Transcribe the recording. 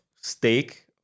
steak